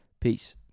Peace